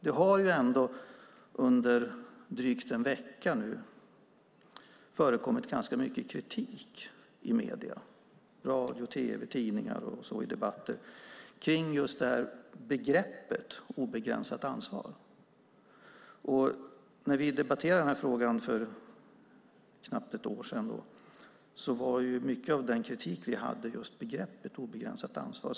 Det har under drygt en vecka förekommit ganska mycket kritik i medierna - i radio, tv, tidningar och i debatter - mot begreppet obegränsat ansvar. När vi debatterade frågan för knappt ett år sedan var mycket av den kritik vi hade mot begreppet obegränsat ansvar.